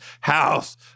house